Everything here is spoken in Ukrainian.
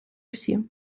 всі